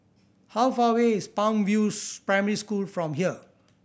how far away is Palm View Primary School from here